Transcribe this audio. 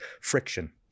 friction